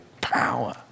power